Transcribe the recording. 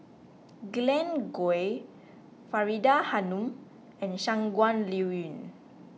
Glen Goei Faridah Hanum and Shangguan Liuyun